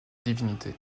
divinités